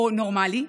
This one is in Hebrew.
או נורמלי,